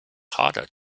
harder